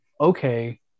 okay